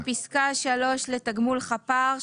בפסקה (3) לתגמול חפ"ר,